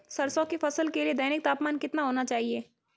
सरसों की फसल के लिए दैनिक तापमान कितना होना चाहिए?